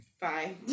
Bye